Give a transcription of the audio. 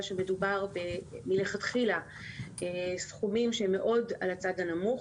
שמדובר מלכתחילה בסכומים שהם מאוד על הצד הנמוך,